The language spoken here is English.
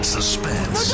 Suspense